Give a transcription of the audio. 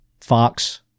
fox